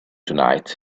tonight